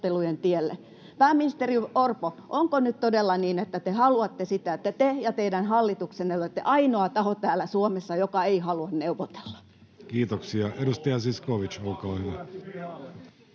Pääministeri Orpo, onko nyt todella niin, että te haluatte sitä, että te ja teidän hallituksenne olette ainoa taho täällä Suomessa, joka ei halua neuvotella? [Mauri Peltokangas: Oho!